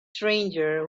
stranger